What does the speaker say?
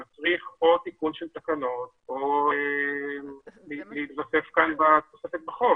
זה מצריך או תיקון של תקנות או להתווסף כאן בתוספת לחוק.